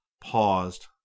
paused